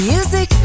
Music